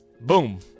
boom